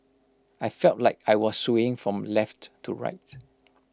I felt like I was swaying from left to right